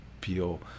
feel